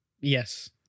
Yes